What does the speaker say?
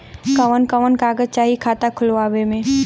कवन कवन कागज चाही खाता खोलवावे मै?